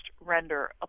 render